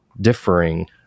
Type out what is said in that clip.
differing